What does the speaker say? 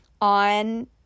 on